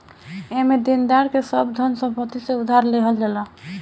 एमे देनदार के सब धन संपत्ति से उधार लेहल जाला